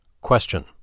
Question